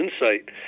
insight